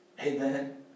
Amen